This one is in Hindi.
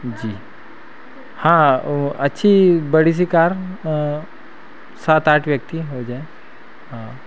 जी हाँ वो अच्छी बड़ी सी कार सात आठ व्यक्ति हो जाएँ हाँ